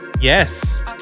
Yes